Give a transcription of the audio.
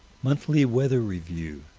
monthly weather review,